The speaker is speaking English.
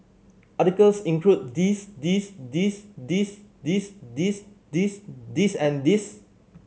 articles include this this this this this this this this and this